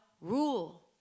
rule